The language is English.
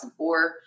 2004